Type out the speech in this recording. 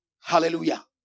Hallelujah